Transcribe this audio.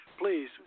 please